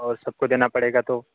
और सबको देना पड़ेगा तो